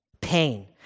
pain